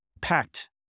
packed